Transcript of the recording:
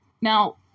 Now